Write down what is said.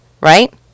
right